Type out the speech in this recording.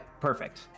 perfect